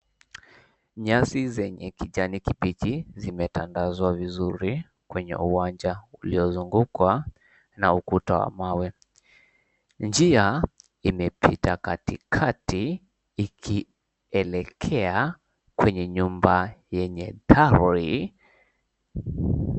Nyasi zenye kijani kibichi zimetandazwa vizuri kwenye uwanja uliozungukwa na ukuta wa mawe. Njia imepita katikati ikielekea kwenye nyumba yenye...